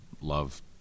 love